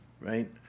right